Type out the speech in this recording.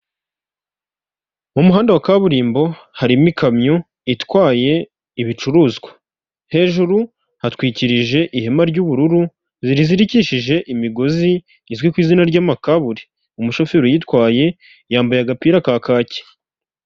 Umuhanda wa kaburimbo harimo ikamyo itwaye ibicuruzwa, hejuru hatwikirije ihema ry'ubururu rizirikishijwe imigozi, izwi ku izina ry'amakaburi, umushoferi uyitwaye yambaye agapira ka kake.